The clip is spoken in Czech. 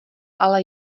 ale